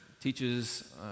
teaches